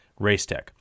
Racetech